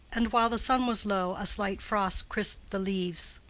and while the sun was low a slight frost crisped the leaves.